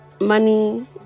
money